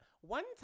One